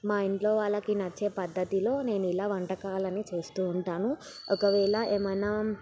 మా ఇంట్లో వాళ్ళకి నచ్చే పద్ధతిలో నేను ఇలా వంటకాలను చేస్తూ ఉంటాను ఒకవేళ ఏమైనా